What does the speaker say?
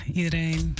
iedereen